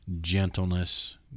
gentleness